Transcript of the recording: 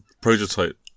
prototype